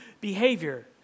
behavior